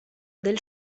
del